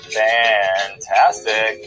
fantastic